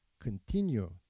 continue